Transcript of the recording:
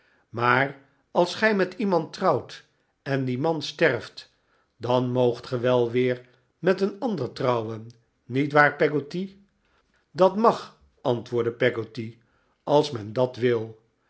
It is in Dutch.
maar als gij met iemand trouwt en die man sterft dan moogt ge wel weer met een ander trouwen niet waar peggotty dat mag antwoordde peggotty als men dat wil